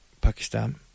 Pakistan